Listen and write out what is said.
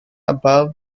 above